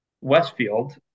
Westfield